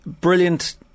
brilliant